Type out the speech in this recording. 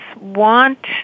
want